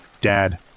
Dad